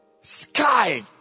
Sky